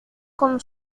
con